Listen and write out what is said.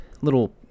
little